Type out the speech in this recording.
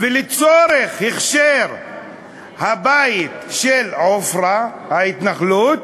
ולצורך הכשר הבית של עופרה, ההתנחלות,